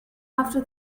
after